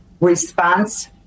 response